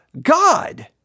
God